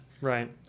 Right